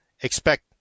expect